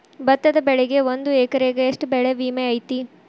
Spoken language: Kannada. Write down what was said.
ಭತ್ತದ ಬೆಳಿಗೆ ಒಂದು ಎಕರೆಗೆ ಎಷ್ಟ ಬೆಳೆ ವಿಮೆ ಐತಿ?